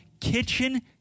kitchen